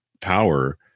power